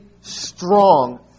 strong